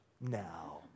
now